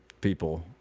people